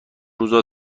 روزا